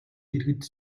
дэргэд